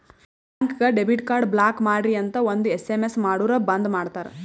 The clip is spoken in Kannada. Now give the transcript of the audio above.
ಬ್ಯಾಂಕ್ಗ ಡೆಬಿಟ್ ಕಾರ್ಡ್ ಬ್ಲಾಕ್ ಮಾಡ್ರಿ ಅಂತ್ ಒಂದ್ ಎಸ್.ಎಮ್.ಎಸ್ ಮಾಡುರ್ ಬಂದ್ ಮಾಡ್ತಾರ